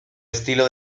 estilo